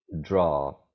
draw